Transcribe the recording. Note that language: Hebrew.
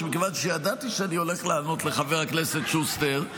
כיוון שידעתי שאני הולך לענות לחבר הכנסת שוסטר,